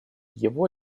его